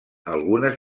algunes